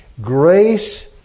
grace